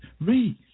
read